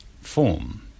form